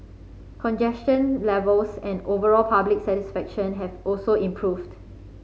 congestion levels and overall public satisfaction have also improved